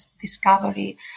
discovery